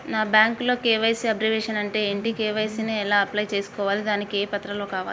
నాకు బ్యాంకులో KYC abbreviation అంటే ఏంటి కే.వై.సీ ని ఎలా అప్లై చేసుకోవాలి దానికి ఏ పత్రాలు కావాలి?